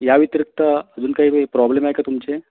या व्यतिरिक्त अजून काही बाई प्रॉब्लेम आहे का तुमचे